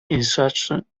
insertion